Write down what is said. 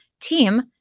team